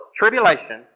tribulation